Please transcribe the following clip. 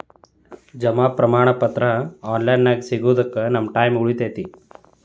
ಜಮಾ ಪ್ರಮಾಣ ಪತ್ರ ಆನ್ ಲೈನ್ ನ್ಯಾಗ ಸಿಗೊದಕ್ಕ ನಮ್ಮ ಟೈಮ್ ಉಳಿತೆತಿ